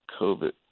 COVID